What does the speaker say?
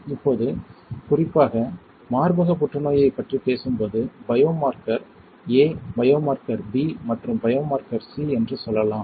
இப்போது குறிப்பாக மார்பக புற்றுநோயைப் பற்றி பேசும்போது பயோமார்க்கர் ஏ பயோமார்க்கர் பி மற்றும் பயோமார்க்கர் சி என்று சொல்லலாம்